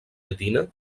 llatina